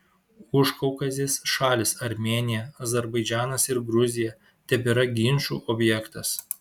užkaukazės šalys armėnija azerbaidžanas ir gruzija tebėra ginčų objektas